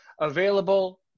available